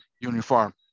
uniform